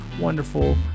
wonderful